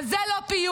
אז זה לא פיוס,